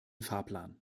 fahrplan